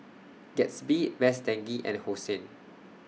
Gatsby Best Denki and Hosen